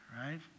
right